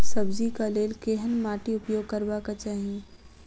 सब्जी कऽ लेल केहन माटि उपयोग करबाक चाहि?